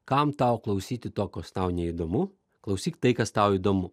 kam tau klausyti to kos tau neįdomu klausyk tai kas tau įdomu